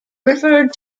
referred